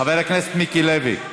חבר הכנסת מיקי לוי.